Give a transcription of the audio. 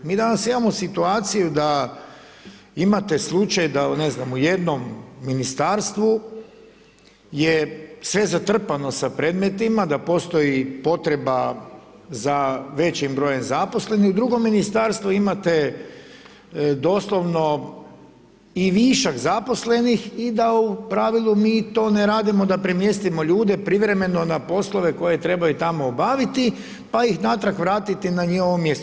Mi danas imamo situaciju da imate slučaj da u jednom ministarstvu, je sve zatrpano za predmetima, da postoji potreba za većim brojim zaposlenim u drugom ministarstvu imate doslovno i višak zaposlenih i da u pravilu mi to ne radimo da premjestimo ljude, privremeno na poslove, koje trebaju tamo obaviti, pa ih natrag vratiti na njihovo mjesto.